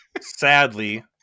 Sadly